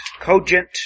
cogent